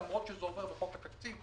למרות שזה עובר בחוק התקציב,